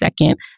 second